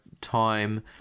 time